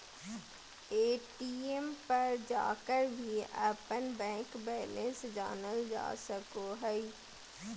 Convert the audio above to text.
ATM पर जाकर भी अपन बैंक बैलेंस जानल जा सको हइ